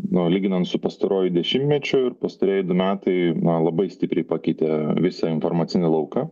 nu lyginant su pastaruoju dešimtmečiu ir pastarieji du metai na labai stipriai pakeitė visą informacinį lauką